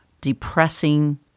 depressing